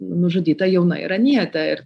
nužudyta jauna iranietė ir